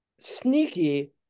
Sneaky